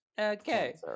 Okay